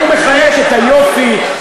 הוא מחלק את היופי,